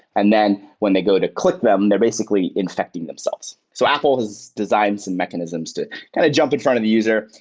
and then when they go to click them, they're basically infecting themselves. so apple has designed some mechanisms to kind of jump in front of the user.